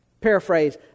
Paraphrase